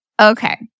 Okay